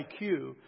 IQ